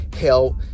help